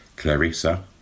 Clarissa